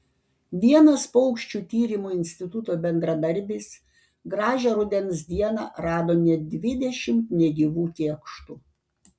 vienas paukščių tyrimo instituto bendradarbis gražią rudens dieną rado net dvidešimt negyvų kėkštų